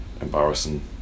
embarrassing